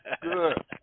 Good